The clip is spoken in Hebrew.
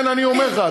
כן, אני אומר לך.